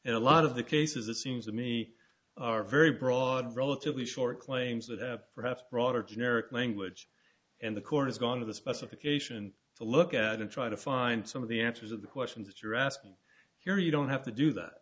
and a lot of the cases it seems to me are very broad relatively short claims that perhaps broader generic language and the court has gone to the specification to look at and try to find some of the answers of the questions that you're asking here you don't have to do that